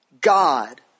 God